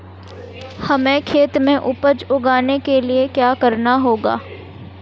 हमें खेत में उपज उगाने के लिये क्या करना होगा?